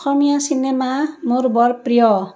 অসমীয়া cinema মোৰ বৰ প্ৰিয়